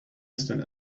stand